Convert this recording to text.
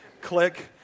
Click